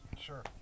Sure